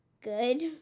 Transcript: good